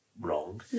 wrong